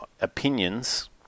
opinions